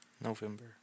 November